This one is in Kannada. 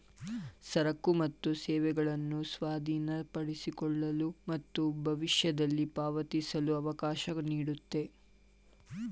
ಸರಕು ಮತ್ತು ಸೇವೆಗಳನ್ನು ಸ್ವಾಧೀನಪಡಿಸಿಕೊಳ್ಳಲು ಮತ್ತು ಭವಿಷ್ಯದಲ್ಲಿ ಪಾವತಿಸಲು ಅವಕಾಶ ನೀಡುತ್ತೆ